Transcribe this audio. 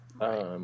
Right